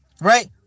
Right